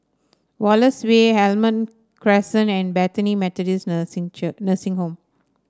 Wallace Way Almond Crescent and Bethany Methodist Nursing Church Nursing Home